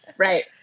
Right